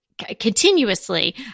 continuously